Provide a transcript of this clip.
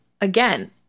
again